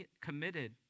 committed